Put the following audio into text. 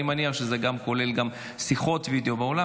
אני מניח שזה כולל גם שיחות וידיאו באולם,